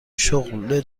شغل